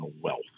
wealth